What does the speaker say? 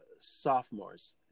sophomores